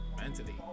mentally